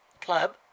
Club